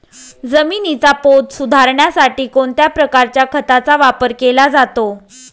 जमिनीचा पोत सुधारण्यासाठी कोणत्या प्रकारच्या खताचा वापर केला जातो?